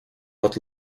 but